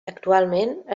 actualment